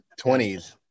20s